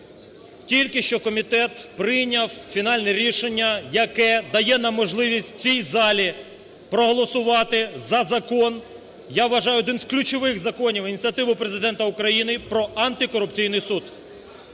Тільки що комітет прийняв фінальне рішення, яке дає нам можливість в цій залі проголосувати за закон, я вважаю, один з ключових законів, ініціативу Президента України, про антикорупційний суд.